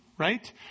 Right